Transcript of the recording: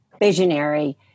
visionary